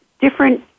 different